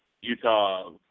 Utah